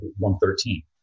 113